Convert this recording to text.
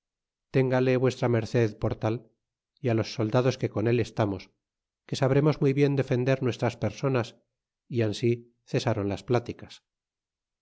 téngale v md por tal y los soldados que con él estamos que sabremos muy bien defender nuestras personas y ansí cesaron las pláticas